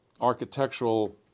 architectural